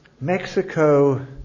Mexico